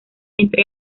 entre